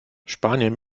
spanien